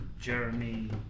Jeremy